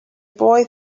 boy